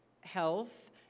health